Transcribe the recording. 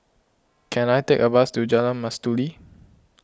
can I take a bus to Jalan Mastuli